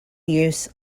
use